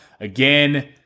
Again